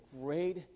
great